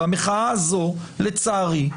והמחאה הזאת לצערי,